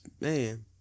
man